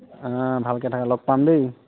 অঁ ভালকৈ থাকা লগ পাম দেই